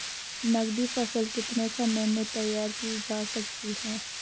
नगदी फसल कितने समय में तैयार की जा सकती है?